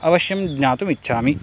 अवश्यं ज्ञातुम् इच्छामि